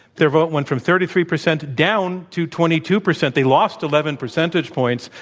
their vote went from thirty three percent down to twenty two percent. they lost eleven percentage points.